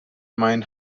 main